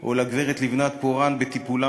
גפיים או עיוור שגורלו התאכזר אליו, הם,